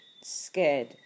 scared